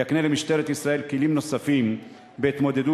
יקנה למשטרת ישראל כלים נוספים בהתמודדות